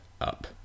up